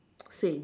same